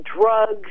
drugs